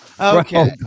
Okay